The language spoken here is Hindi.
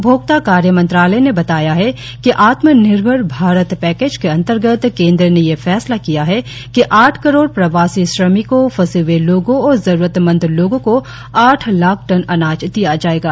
उपभोक्ता कार्य मंत्रालय ने बताया है कि आत्मनिर्भर भारत पैकेज के अंतर्गत केन्द्र ने यह फैसला किया है कि आठ करोड़ प्रवासी श्रमिकों फंसे हए लोगों और जरूरतमंद लोगों को आठ लाख टन अनाज दिया जाएगा